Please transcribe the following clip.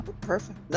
perfect